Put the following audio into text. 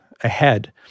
ahead